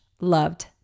loved